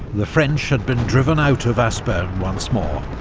the french had been driven out of aspern once more.